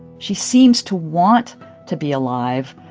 she seems to want to be alive.